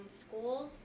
schools